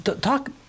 talk